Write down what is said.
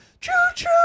Choo-choo